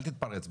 אל תתפרץ,